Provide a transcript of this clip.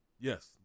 Yes